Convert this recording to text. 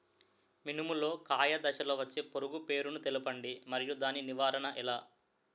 మినుము లో కాయ దశలో వచ్చే పురుగు పేరును తెలపండి? మరియు దాని నివారణ ఎలా?